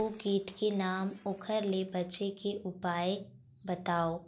ओ कीट के नाम ओकर ले बचे के उपाय बताओ?